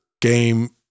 game